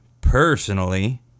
personally